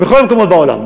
בכל המקומות בעולם,